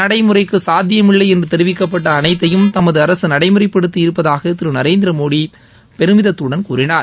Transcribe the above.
நடைமுறைக்கு சாத்தியமில்லை என்று தெரிவிக்கப்பட்ட அனைத்தையும் தமது அரசு நடைமுறைப்படுத்தி இருப்பதாக திரு நரேந்திர மோதி பெருமிதத்துடன் கூறினார்